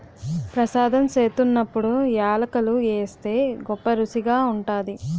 ప్రసాదం సేత్తున్నప్పుడు యాలకులు ఏస్తే గొప్పరుసిగా ఉంటాది